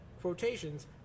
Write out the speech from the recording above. quotations